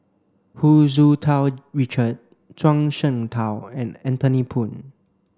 Hu Tsu Tau Richard Zhuang Shengtao and Anthony Poon